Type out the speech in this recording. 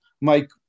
Mike